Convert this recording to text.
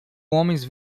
homens